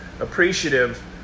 appreciative